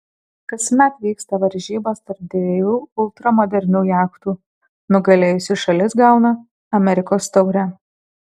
kasmet vyksta varžybos tarp dviejų ultramodernių jachtų nugalėjusi šalis gauna amerikos taurę